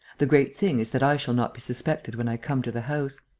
the great thing is that i shall not be suspected when i come to the house.